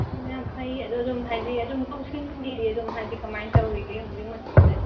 ꯍꯣ ꯌꯥꯝ ꯐꯩꯌꯦ ꯑꯗꯣ ꯑꯗꯨꯝ ꯍꯥꯏꯗꯤ ꯑꯗꯨꯝ ꯂꯧꯁꯤꯡꯒꯤꯗꯤ ꯑꯗꯨꯝ ꯍꯥꯏꯗꯤ ꯀꯃꯥꯏ ꯇꯧꯔꯤꯒꯦ ꯍꯧꯖꯤꯛ ꯃꯇꯝꯁꯦ